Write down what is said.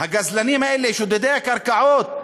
הגזלנים האלה, שודדי הקרקעות,